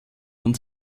von